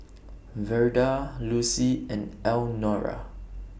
Verda Lucy and Elnora